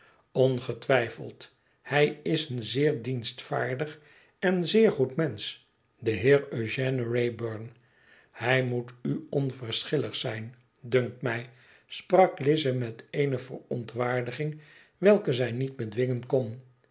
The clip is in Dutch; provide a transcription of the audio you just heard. ongetwijfeld hij is een zeer dienstvaardig en zeer goed mensch de heer eugène wraybum hij moet u onverschillig zijn dunkt mij sprak lize met eene ver ontwaardiging welke zij niet bedwingen kon